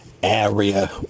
area